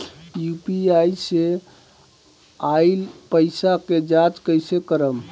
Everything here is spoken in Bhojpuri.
यू.पी.आई से आइल पईसा के जाँच कइसे करब?